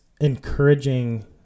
encouraging